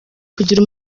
kugira